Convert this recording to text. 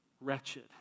wretched